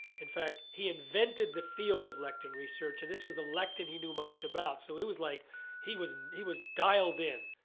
in fact, he invented the field of lectin research and this was the lectin he knew most about. so it was like he was he was dialed in.